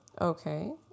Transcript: Okay